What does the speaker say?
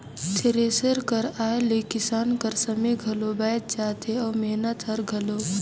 thresher कर आए ले किसान कर समे घलो बाएच जाथे अउ मेहनत हर घलो